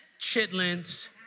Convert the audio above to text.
chitlins